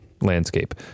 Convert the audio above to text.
landscape